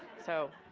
so,